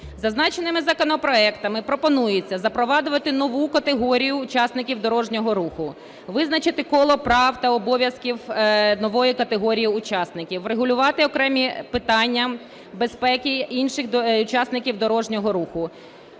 Зазначеними законопроектами пропонується запроваджувати нову категорію учасників дорожнього руху, визначити коло прав та обов'язків нової категорії учасників, врегулювати окремі питання безпеки інших учасників дорожнього руху.